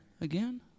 again